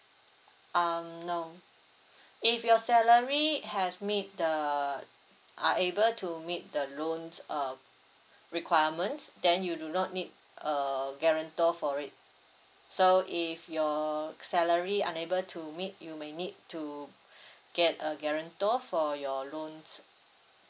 um no if your salary has meet the are able to meet the loans uh requirements then you do not need err guarantor for it so if your salary unable to meet you may need to get a guarantor for your loans